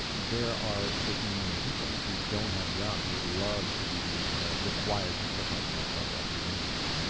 there are fourteen million people who don't have jobs who would love to be required to flip on a laptop after dinner or something, you know?